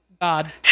God